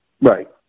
Right